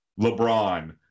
LeBron